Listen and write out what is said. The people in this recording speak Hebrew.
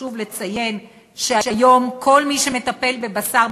וחשוב לציין שהיום כל מי שמטפל בבשר,